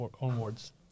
onwards